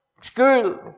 school